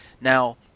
Now